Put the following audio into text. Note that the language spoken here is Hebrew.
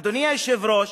אדוני היושב-ראש,